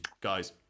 guys